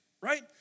right